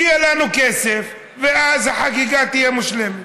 שיהיה לנו כסף, ואז החגיגה תהיה מושלמת.